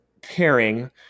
pairing